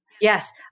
Yes